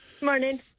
Morning